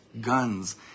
guns